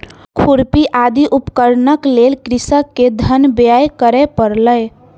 खुरपी आदि उपकरणक लेल कृषक के धन व्यय करअ पड़लै